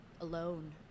alone